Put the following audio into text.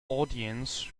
audience